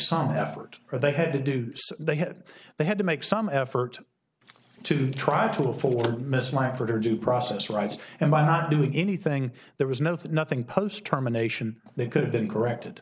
some effort or they had to do they had they had to make some effort to try to afford misapplying for her due process rights and by not doing anything there was no to nothing post terminations they could have been corrected